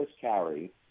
carry